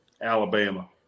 Alabama